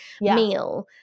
meal